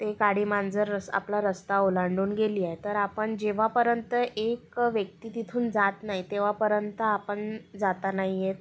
ते काळी मांजर आपला रस्ता ओलांडून गेली आहे तर आपण जेव्हापर्यंत एक व्यक्ती तिथून जात नाही तेव्हापर्यंत आपण जाता नाही येत